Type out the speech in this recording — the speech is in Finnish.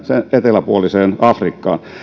eteläpuoliseen afrikkaan